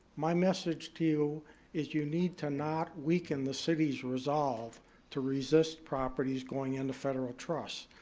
my message to you is you need to not weaken the city's resolve to resist properties going into federal trust.